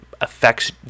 affects